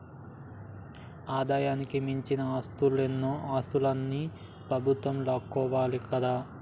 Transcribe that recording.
ఆదాయానికి మించిన ఆస్తులన్నో ఆస్తులన్ని ప్రభుత్వం లాక్కోవాలి కదా